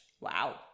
Wow